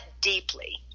deeply